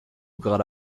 gerade